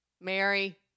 Mary